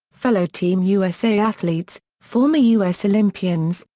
fellow team usa athletes, former u s. olympians,